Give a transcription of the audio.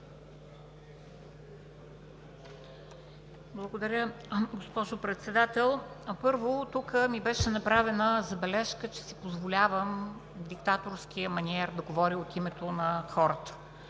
Благодаря, госпожо Председател. Първо, тук ми беше направена забележка, че си позволявам диктаторски маниер – да говоря от името на хората.